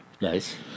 Nice